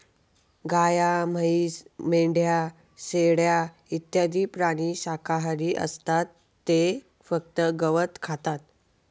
गाय, म्हैस, मेंढ्या, शेळ्या इत्यादी प्राणी शाकाहारी असतात ते फक्त गवत खातात